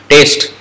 Taste